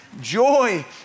joy